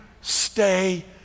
stay